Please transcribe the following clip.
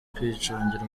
kwicungira